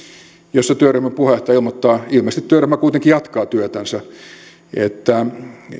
jossa työryhmän puheenjohtaja ilmoittaa ilmeisesti työryhmä kuitenkin jatkaa työtänsä että